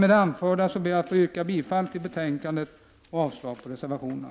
Med det anförda ber jag att få yrka bifall till utskottets hemställan och avslag på reservationerna.